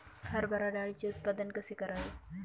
हरभरा डाळीचे उत्पादन कसे करावे?